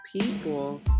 people